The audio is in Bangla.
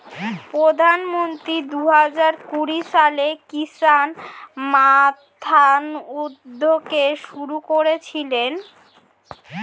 প্রধানমন্ত্রী দুহাজার কুড়ি সালে কিষান মান্ধান উদ্যোগ শুরু করেছিলেন